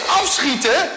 afschieten